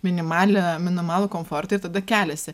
minimalią minimalų komfortą ir tada keliasi